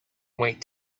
wait